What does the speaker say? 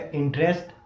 interest